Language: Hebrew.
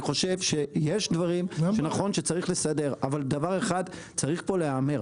יש דברים שנכון שצריך לסדר אבל דבר אחד צריך להיאמר,